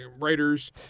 writers